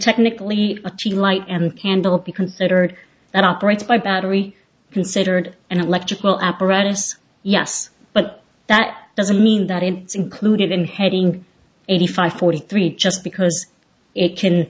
technically appeal light and candle be considered that operates by battery considered an electrical apparatus yes but that doesn't mean that in is included in heading eighty five forty three just because it can